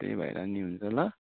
त्यही भएर नि हुन्छ ल